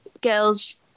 girls